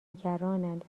نگرانند